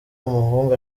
umuhungu